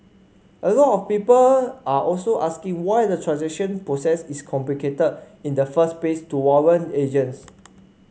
a lot of people are also asking why the transaction process is complicated in the first place to warrant agents